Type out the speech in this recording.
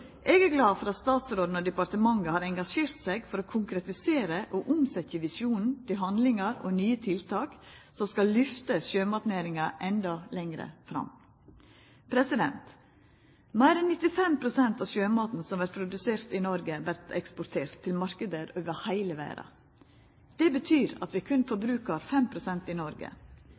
Eg er glad for at statsråden og departementet har engasjert seg for å konkretisera og omsetja visjonen til handlingar og nye tiltak som skal lyfta sjømatnæringa endå lenger fram. Meir enn 95 pst. av sjømaten som vert produsert i Noreg, vert eksportert til marknader over heile verda. Det betyr at vi berre forbrukar 5 pst. i Noreg.